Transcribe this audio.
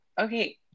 Okay